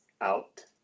out